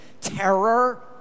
terror